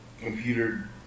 computer